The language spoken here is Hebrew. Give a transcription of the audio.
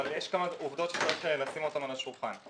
יש כמה עובדות שצריך לשים אותן על השולחן: